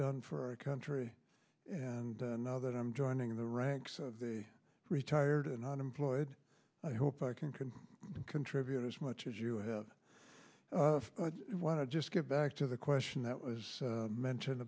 done for our country and now that i'm joining the ranks of the retired and unemployed i hope i can can contribute as much as you have to just get back to the question that was mentioned